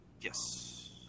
Yes